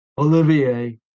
Olivier